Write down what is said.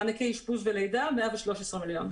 מענקי אשפוז ולידה, 113 מיליון.